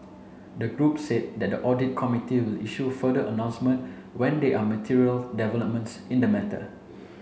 the group said that the audit committee will issue further announcement when there are material developments in the matter